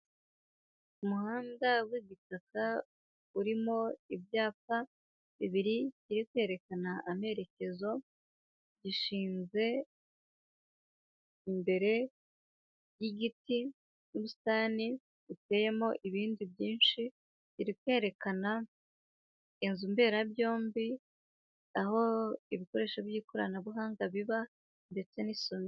Umuhanda w'igitaka urimo ibyapa bibiri, ikiri kwerekana amerekezo gishinze imbere y'igiti, ubusitani buteyemo ibindi byinshi, kiri kwerekana inzu mberabyombi, aho ibikoresho by'ikoranabuhanga biba ndetse n'iso....